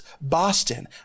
Boston